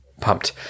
pumped